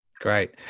Great